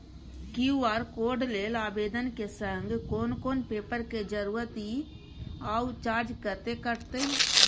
QR code लेल आवेदन के संग कोन कोन पेपर के जरूरत इ आ चार्ज कत्ते कटते?